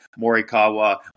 Morikawa